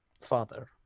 father